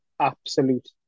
absolute